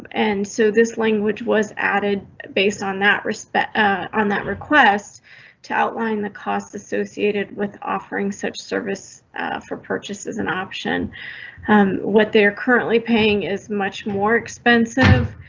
and so this language was added. based on that respect ah on that request to outline the costs associated with offering such service for purchases. an option what they're currently paying is much more expensive.